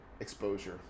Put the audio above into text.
exposure